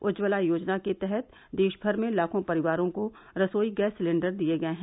उज्ज्वला योजना के तहत देश भर में लाखों परिवारों को रसोई गैस सिलिण्डर दिए गए हैं